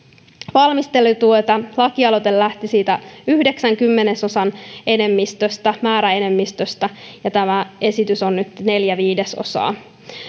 valmistelutyötä lakialoite lähti siitä yhdeksän kymmenesosan määräenemmistöstä määräenemmistöstä ja tämä esitys on nyt neljä viidesosaa